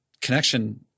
connection